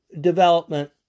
development